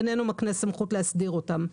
איננו מקנה סמכות להסדיר אותם.